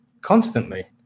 constantly